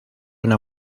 una